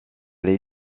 les